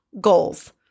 goals